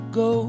go